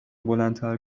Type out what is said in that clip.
بلندتر